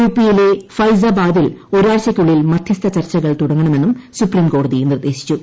യുപിയിലെ ഫൈസാബാദിൽ ഒരാഴ്ചയ്ക്കുള്ളിൽ മധ്യസ്ഥ ചർച്ചകൾ തുടങ്ങണമെന്നും സുപ്രീംകോടതി നിർദേശിച്ചു